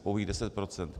Pouhých 10 %.